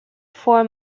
four